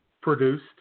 produced